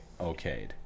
okayed